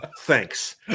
thanks